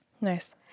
Nice